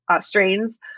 strains